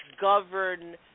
govern